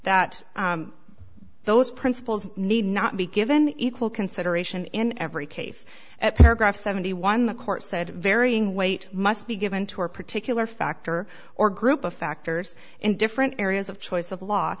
that those principles need not be given equal consideration in every case at paragraph seventy one the court said varying weight must be given to a particular factor or group of factors in different areas of choice of law